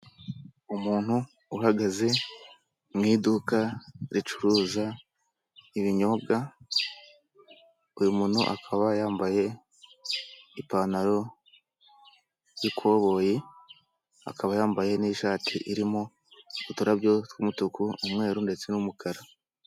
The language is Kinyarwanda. Umuntu uhagaze mu iduka zicuruza ibinyobwa, uyu muntu akaba yambaye ipantaro y'ikoboyi, akaba yambaye n'ishati irimo uduturabyo tw'umutuku, umweru ndetse n'umukara.